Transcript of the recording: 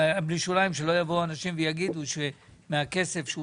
שלא יבואו אנשים ויגידו שמהכסף שהוא